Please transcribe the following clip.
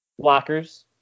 Blockers